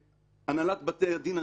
הנהלת בתי הדין,